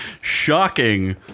Shocking